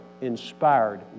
inspired